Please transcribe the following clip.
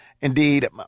Indeed